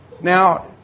Now